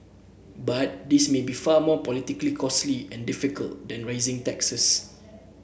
but this may be far more politically costly and difficult than raising taxes